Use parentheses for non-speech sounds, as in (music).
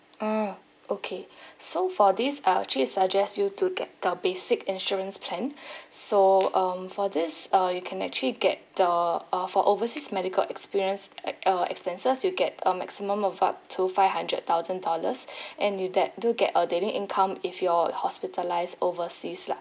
ah okay (breath) so for this I actually suggest you to get the basic insurance plan (breath) so um for this uh you can actually get the uh for overseas medical experience ex~ uh expenses you get a maximum of up to five hundred thousand dollars (breath) and you that do get a daily income if you're hospitalised overseas lah